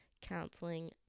counseling